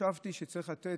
חשבתי שצריך לתת,